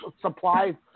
supply